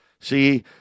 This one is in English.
See